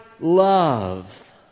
love